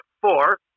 four